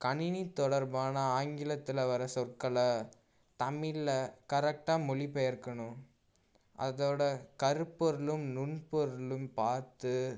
கணினி தொடர்பான ஆங்கிலத்தில் வர சொற்களை தமிழில் கரெக்ட்டா மொழி பெயர்க்கணும் அதோட கருப்பொருளும் நுண் பொருளும் பார்த்து